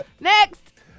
Next